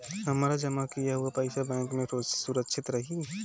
हमार जमा किया हुआ पईसा बैंक में सुरक्षित रहीं?